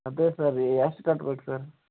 ಅದೆ ಸರ್ ಎಷ್ಟು ಕಟ್ಬೇಕು ಸರ್